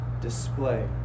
display